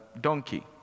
donkey